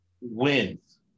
wins